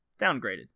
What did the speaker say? downgraded